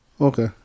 Okay